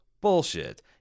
Bullshit